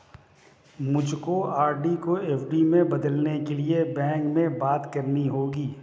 मुझको आर.डी को एफ.डी में बदलने के लिए बैंक में बात करनी होगी